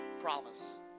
promise